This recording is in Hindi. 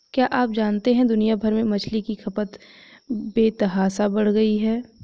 क्या आप जानते है दुनिया भर में मछली की खपत बेतहाशा बढ़ गयी है?